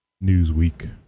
Newsweek